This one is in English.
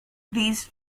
these